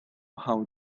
how